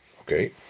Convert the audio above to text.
Okay